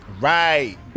right